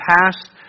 past